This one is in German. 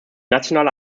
nationale